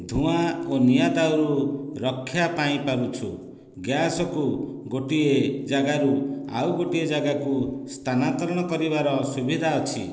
ଧୂଆଁ ଓ ନିଆଁ ଦାଉରୁ ରକ୍ଷା ପାଇପାରୁଛୁ ଗ୍ୟାସ୍କୁ ଗୋଟିଏ ଜାଗାରୁ ଆଉ ଗୋଟିଏ ଜାଗାକୁ ସ୍ଥାନାତରଣ କରିବାର ସୁବିଧା ଅଛି